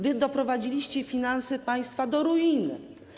Wy doprowadziliście finanse państwa do ruiny.